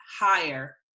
higher